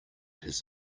his